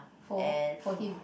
for for him